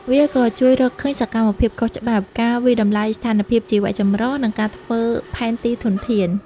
វាក៏ជួយរកឃើញសកម្មភាពខុសច្បាប់ ការវាយតម្លៃស្ថានភាពជីវៈចម្រុះ និងការធ្វើផែនទីធនធាន។